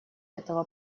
этого